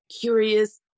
curious